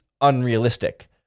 unrealistic